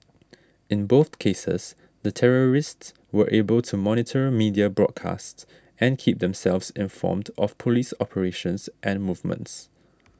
in both cases the terrorists were able to monitor media broadcasts and keep themselves informed of police operations and movements